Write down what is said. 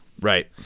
right